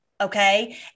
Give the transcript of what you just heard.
Okay